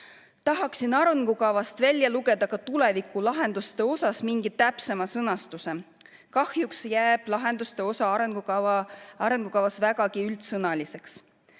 Tahaksin arengukavast välja lugeda ka tulevikulahenduste mingi täpsema sõnastuse. Kahjuks jääb lahenduste osa arengukavas vägagi üldsõnaliseks.